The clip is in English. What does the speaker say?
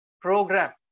program